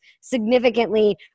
significantly